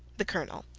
the colonel,